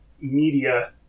media